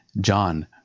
John